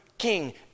king